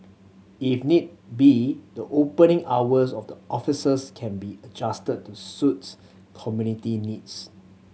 if need be the opening hours of the offices can be adjusted to suits community needs